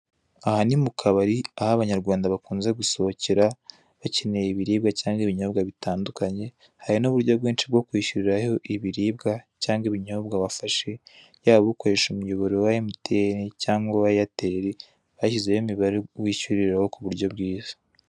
Aha ni mu kabari, aho Abanyarwanda bakunze gusohokera, bakeneye ibiribwa cyangwa ibinyobwa bitandukanye, hari n'uburyo bwinshi bwo kwishyuriraho ibiribwa cyangwa ibinyobwa wafashe, yaba ukoresha umuyoboro wa Emutiyeni cyangwa uwa Eyateri, hashyizweho imibare wishyuriraho ku buryo bwiza.